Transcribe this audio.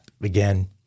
again